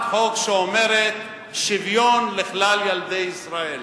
חוק שאומרת: שוויון לכלל ילדי ישראל.